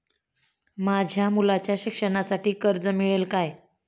माझ्या मुलाच्या शिक्षणासाठी कर्ज मिळेल काय?